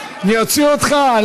אני אוציא אותך?